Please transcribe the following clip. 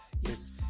yes